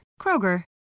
Kroger